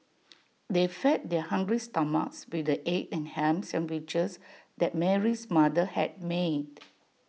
they fed their hungry stomachs with the egg and Ham Sandwiches that Mary's mother had made